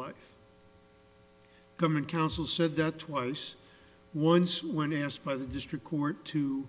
life come in counsel said that twice once when asked by the district court to